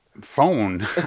Phone